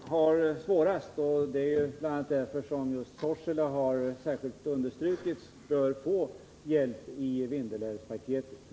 har det svårast. Det är bl.a. därför som det understrukits att just Sorsele bör få hjälp i Vindelälvspaketet.